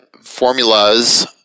formulas